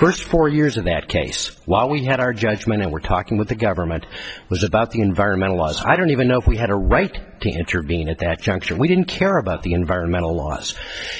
two four years in that case while we had our judgment and we're talking with the government was about the environmental laws i don't even know if we had a right to intervene at that juncture we didn't care about the environmental laws